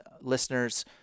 listeners